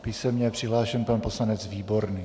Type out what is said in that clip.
Písemně je přihlášen pan poslanec Výborný.